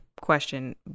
question